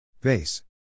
Base